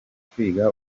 kwiga